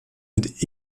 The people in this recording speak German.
mit